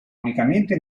unicamente